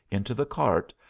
into the cart,